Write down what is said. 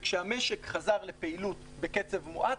וכשהמשק חזר לפעילות בקצב מואץ,